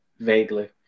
vaguely